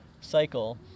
cycle